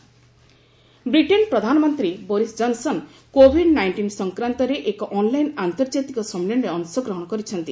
Boris Johnson Britain ପ୍ରଧାନମନ୍ତ୍ରୀ Boris Johnson Covid nineteen ସଂକ୍ରାନ୍ତରେ ଏକ ଅନ୍ଲାଇନ୍ ଆନ୍ତର୍ଜାତିକ ସମ୍ମିଳନୀରେ ଅଂଶଗ୍ରହଣ କରିଛନ୍ତି